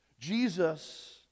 Jesus